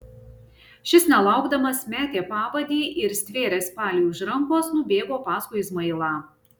šis nelaukdamas metė pavadį ir stvėręs paliui už rankos nubėgo paskui izmailą